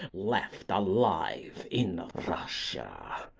left alive in russia.